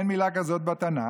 אין מילה כזאת בתנ"ך.